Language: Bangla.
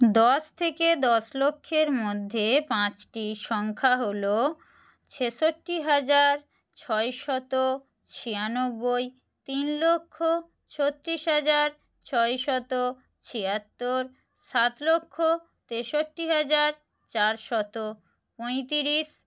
দশ থেকে দশ লক্ষের মধ্যে পাঁচটি সংখ্যা হলো ছেষট্টি হাজার ছয়শত ছিয়ানব্বই তিন লক্ষ ছত্রিশ হাজার ছয়শত ছিয়াত্তর সাত লক্ষ তেষট্টি হাজার চারশত পঁয়ত্রিশ